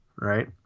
right